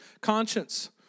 conscience